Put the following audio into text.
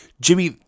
jimmy